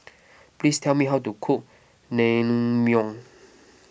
please tell me how to cook Naengmyeon